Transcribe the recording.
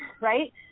Right